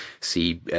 see